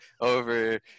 over